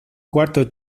cuarto